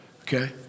okay